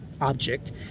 object